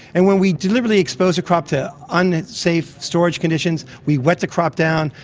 and when we deliberately expose a crop to unsafe storage conditions, we wet the crop down,